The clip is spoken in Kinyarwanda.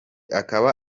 akaba